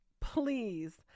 Please